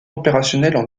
opérationnelles